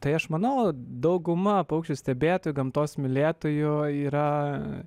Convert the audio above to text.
tai aš manau dauguma paukščių stebėtojų gamtos mylėtojų yra